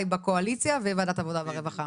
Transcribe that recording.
חבריי בקואליציה ובוועדת העבודה והרווחה,